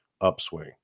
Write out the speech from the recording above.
upswing